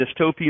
dystopian